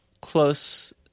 close